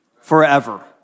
forever